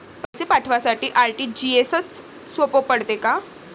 पैसे पाठवासाठी आर.टी.जी.एसचं सोप पडते का?